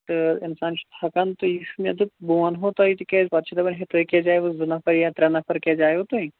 تہٕ اِنسان چھُ تھکان تہٕ یہِ چھُ مےٚ دوٚپ بہٕ وَنہو تۅہہِ تکِیٛازِ پَتہٕ چھِ دپان ہے تُہۍ کیٛازِ آیوٕ زٕ نَفر یا ترٛےٚ نَفر کیٛازِ آیوٕ تُہۍ